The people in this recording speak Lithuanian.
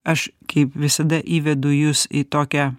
aš kaip visada įvedu jus į tokią